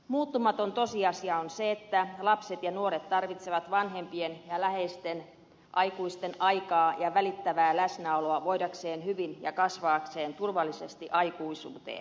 muuttumaton tosiasia on se että lapset ja nuoret tarvitsevat vanhempien ja läheisten aikuisten aikaa ja välittävää läsnäoloa voidakseen hyvin ja kasvaakseen turvallisesti aikuisuuteen